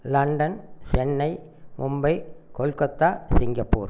London Chennai Mumbai Kolkata Singapore